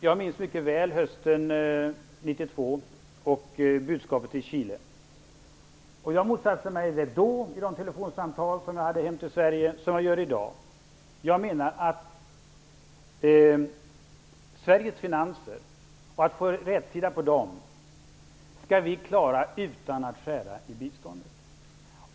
Jag minns mycket väl hösten 1992 och budskapet till Chile. Jag motsatte mig det då, i de telefonsamtal jag hade hem till Sverige, och jag motsätter mig det i dag. Jag menar att vi skall klara av att få rätsida på Sveriges finanser utan att skära i biståndet.